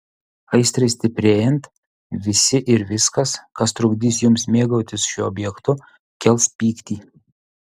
aistrai stiprėjant visi ir viskas kas trukdys jums mėgautis šiuo objektu kels pyktį